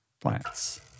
plants